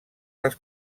les